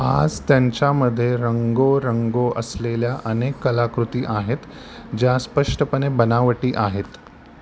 आज त्यांच्यामध्ये रंगोरंगो असलेल्या अनेक कलाकृती आहेत ज्या स्पष्टपणे बनावटी आहेत